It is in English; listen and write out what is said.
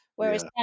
whereas